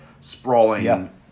sprawling